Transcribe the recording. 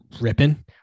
ripping